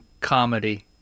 comedy